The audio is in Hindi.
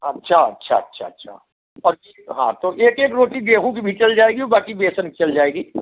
अच्छा अच्छा अच्छा अच्छा और हाँ तो एक एक रोटी गेहूँ कि भी चल जाएगी औ बाकी बेसन की चल जाएगी